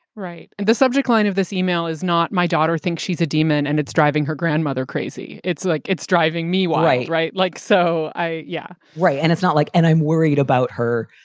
right. and this subject line of this e-mail is not my daughter thinks she's a demon and it's driving her grandmother crazy. it's like it's driving me way. right. right. like, so i yeah, right. and it's not like and i'm worried about her,